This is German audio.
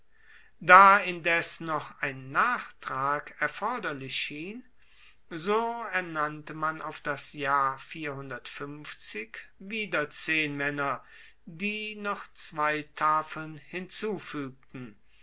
da indes noch ein nachtrag erforderlich schien so ernannte man auf das jahr wieder zehnmaenner die noch zwei tafeln hinzufuegten